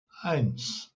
eins